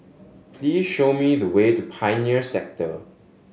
please show me the way to Pioneer Sector